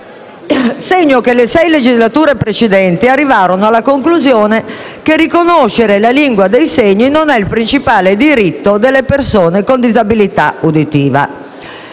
segno che le sei legislature precedenti arrivarono alla conclusione che riconoscere la LIS non è il principale diritto delle persone con disabilità uditiva.